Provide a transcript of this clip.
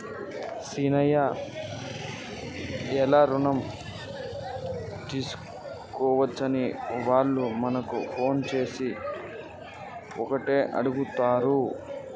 సీనయ్య ఎట్లి రుణం తీసుకోవచ్చని ఆళ్ళ మామకు ఫోన్ చేసి ఓటే అడుగుతాండు